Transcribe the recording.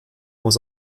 muss